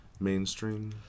mainstream